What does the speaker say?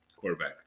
Quarterback